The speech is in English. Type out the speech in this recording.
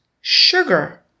sugar